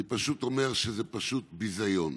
אני פשוט אומר שזה פשוט ביזיון,